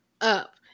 up